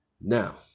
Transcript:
Now